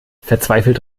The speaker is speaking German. verzweifelt